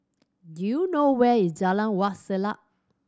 do you know where is Jalan Wak Selat